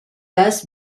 thus